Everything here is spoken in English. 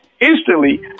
instantly